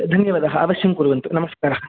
धन्यवादः अवश्यं कुर्वन्तु नमस्कारः